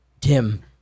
Tim